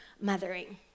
mothering